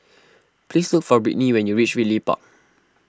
please look for Brittney when you reach Ridley Park